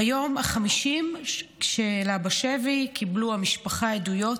ביום ה-50 שלה בשבי קיבלה המשפחה עדויות